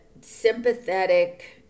sympathetic